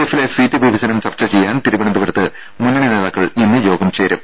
എഫിലെ സീറ്റ് വിഭജനം ചർച്ചചെയ്യാൻ തിരുവനന്ത പുരത്ത് മുന്നണി നേതാക്കൾ ഇന്ന് യോഗം ചേരും